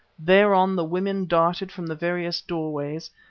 thereon the women darted from the various doorways,